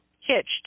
hitched